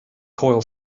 coil